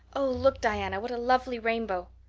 oh, look, diana, what a lovely rainbow!